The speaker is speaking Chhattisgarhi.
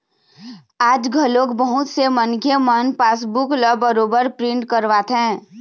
आज घलोक बहुत से मनखे मन पासबूक ल बरोबर प्रिंट करवाथे